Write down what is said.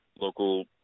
local